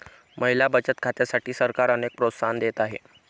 महिला बचत खात्यांसाठी सरकार अनेक प्रोत्साहन देत आहे